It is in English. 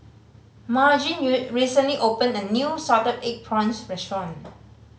Margene recently opened a new salted egg prawns restaurant